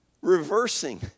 reversing